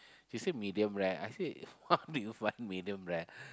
he said medium rare I said how do you find medium rare